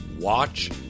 watch